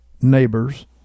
neighbors